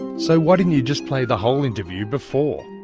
so why didn't you just play the whole interview before?